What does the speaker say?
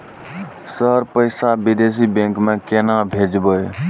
Sir पैसा विदेशी bank में केना भेजबे?